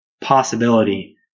possibility